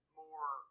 more